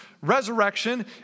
resurrection